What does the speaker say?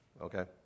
Okay